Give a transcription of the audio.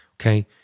Okay